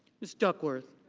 ms. duckworth.